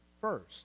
first